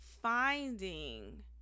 finding